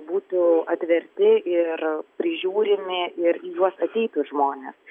būtų atverti ir prižiūrimi ir į juos ateitų žmonės